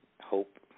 hope